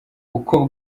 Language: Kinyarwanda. uko